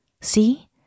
See